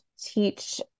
teach